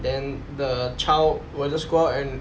then the child will just go out and